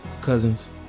Cousins